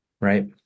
right